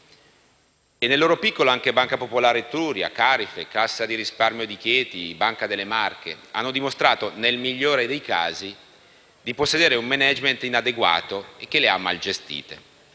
Nel loro piccolo anche la Banca Popolare dell'Etruria, Carife, Cassa di risparmio di Chieti e Banca delle Marche hanno dimostrato, nel migliore dei casi, di possedere un *management* inadeguato che le ha malgestite.